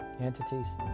entities